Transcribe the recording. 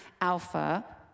Alpha